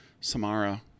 Samara